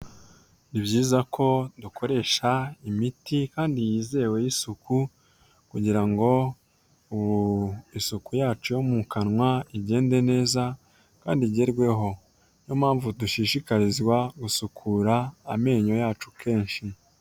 Ni byiza ko dukoresha imiti kandi yizewe y'isuku, kugira ngo isuku yacu yo mu kanwa igende neza, kandi igerweho. Ni yo mpamvu dushishikarizwa gusukura amenyo yacu kenshi.